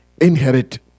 inherit